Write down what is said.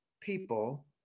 people